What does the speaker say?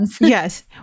Yes